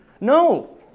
No